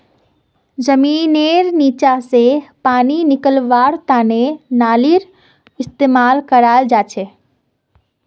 जमींनेर नीचा स पानी निकलव्वार तने नलेर इस्तेमाल कराल जाछेक